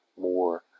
more